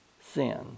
sin